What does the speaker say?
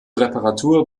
reparatur